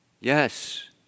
yes